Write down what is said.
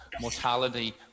mortality